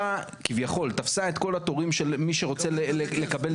כביכול תפסה את כל התורים של מי שרוצה לקבל